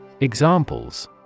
Examples